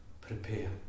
prepare